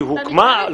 היא הוקמה?